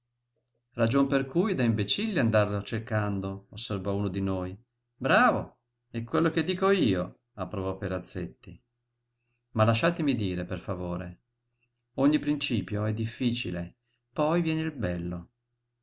ragion per cui è da imbecilli andarlo cercando osservò uno di noi bravo quel che dico io approvò perazzetti ma lasciatemi dire per favore ogni principio è difficile poi viene il bello